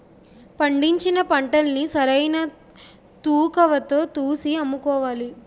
పండించిన పంటల్ని సరైన తూకవతో తూసి అమ్ముకోవాలి